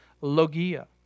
logia